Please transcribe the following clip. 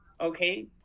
okay